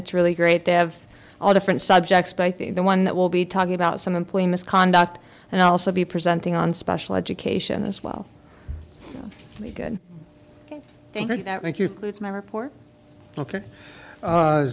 it's really great to have all different subjects but i think the one that will be talking about some employ misconduct and also be presenting on special education as well so we can thank that make you lose my report